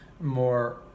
more